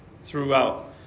throughout